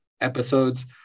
episodes